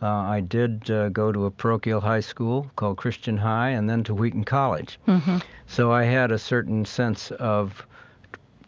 i did go to a parochial high school called christian high and then to wheaton college mm-hmm so i had a certain sense of